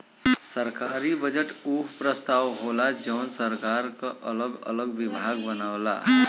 सरकारी बजट उ प्रस्ताव होला जौन सरकार क अगल अलग विभाग बनावला